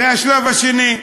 זה השלב השני.